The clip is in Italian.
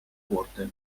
corte